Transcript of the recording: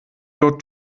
dort